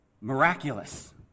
miraculous